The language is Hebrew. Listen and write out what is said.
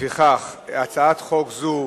לפיכך, הצעת חוק זו,